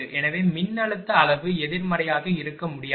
எனவே மின்னழுத்த அளவு எதிர்மறையாக இருக்க முடியாது